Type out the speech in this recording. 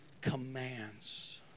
commands